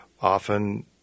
often